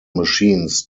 machines